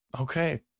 Okay